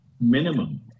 minimum